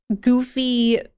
goofy